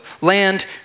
land